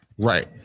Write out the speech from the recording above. Right